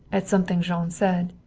at something jean said,